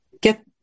get